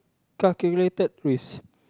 calculated risk